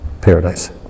paradise